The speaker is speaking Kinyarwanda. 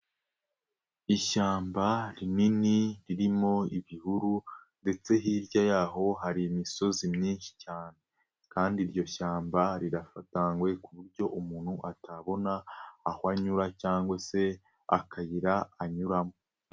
Ishyamba rinini ririmo ibihuru ndetse hirya yaho hari imisozi myinshi cyane kandi iryo shyamba rirafatangwe ku buryo umuntu atabona aho anyura cyangwa se akayira anyuramo.